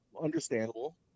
understandable